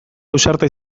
ausarta